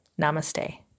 Namaste